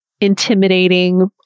intimidating